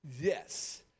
Yes